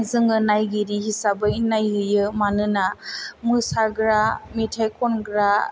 जोङो नायगिरि हिसाबै नायहैयो मानोना मोसाग्रा मेथाइ खनग्रा